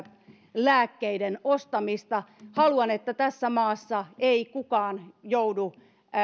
lääkkeiden ostamista haluan että tässä maassa ei kukaan joudu